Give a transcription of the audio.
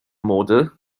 mode